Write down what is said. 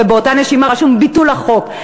ובאותה נשימה: "ביטול החוק".